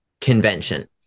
Convention